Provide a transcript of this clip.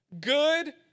Good